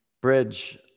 Bridge